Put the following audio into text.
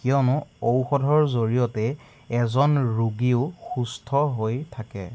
কিয়নো ঔষধৰ জৰিয়তে এজন ৰোগীয়েও সুস্থ হৈ থাকে